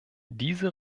diese